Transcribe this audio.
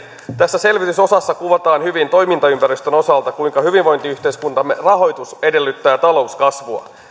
tässä selvitysosassa kuvataan hyvin toimintaympäristön osalta kuinka hyvinvointiyhteiskuntamme rahoitus edellyttää talouskasvua